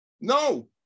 No